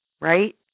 right